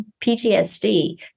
PTSD